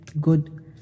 good